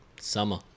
Summer